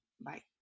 bye